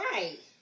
Right